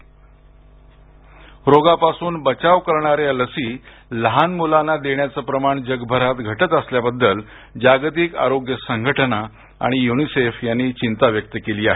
जागतिक आरोग्य संघटना रोगांपासून बचाव करणाऱ्या लसी लहान मुलांना देण्याचं प्रमाण जगभरात घटत असल्याबद्दल जागतिक आरोग्य संघटना आणि युनिसेफ यांनी चिंता व्यक्त केली आहे